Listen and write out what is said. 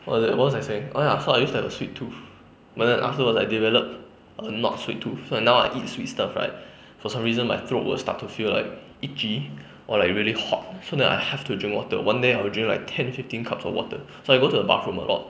what was that what was I saying oh ya so I used to have a sweet tooth but then afterwards I developed I'm not sweet tooth so now I eat sweet stuff right for some reason my throat will start to feel like itchy or like really hot so then I have to drink water one day I'll drink like ten fifteen cups of water so I go to the bathroom a lot